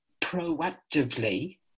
proactively